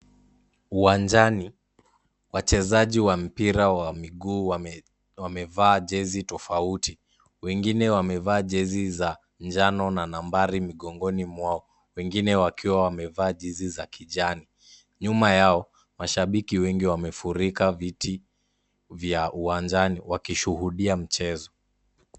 Uwanjani, wachezaji wa mpira wa miguu wamevaa jezi tofauti. Wengine wamevaa jezi za njano na nambari migongoni mwao. Wengine wakiwa wamevaa jezi za kijani. Nyuma yao, mashabiki wengi wamefurika viti, vya uwanjani, wakishuhudia mchezo.